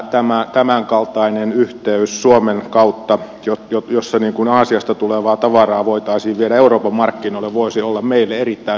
tämän kaltainen yhteys suomen kautta jossa aasiasta tulevaa tavaraa voitaisiin viedä euroopan markkinoille voisi olla meille erittäin hyödyllinen